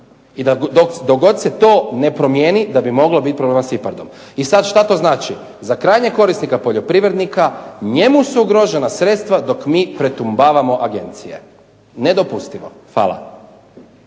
i dok se god to ne promjeni da bi moglo biti problema sa IPARD-om. I što to znači? Za krajnjeg korisnika poljoprivrednika njemu su ugrožena sredstva dok mi pretumbavamo agencije. Nedopustivo. Hvala.